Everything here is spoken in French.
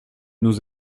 nous